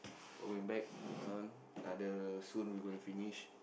before going back this one uh the soon we going to finish